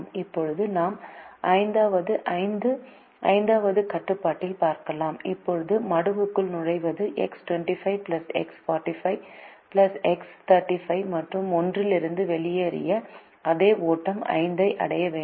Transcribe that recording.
இப்போது நாம் 5 வது கட்டுப்பாட்டில் பார்க்கலாம் இப்போது மடுவுக்குள் நுழைவது X25 X45 X35 மற்றும் 1 இல் இருந்து வெளியேறிய அதே ஓட்டம் 5 ஐ அடைய வேண்டும்